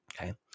Okay